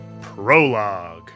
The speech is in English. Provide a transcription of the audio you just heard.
prologue